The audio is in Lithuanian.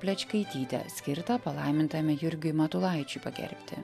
plečkaityte skirtą palaimintajam jurgiui matulaičiu pagerbti